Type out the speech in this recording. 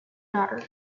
daughter